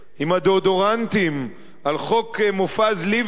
עם הדאודורנטים על חוק מופז לבני,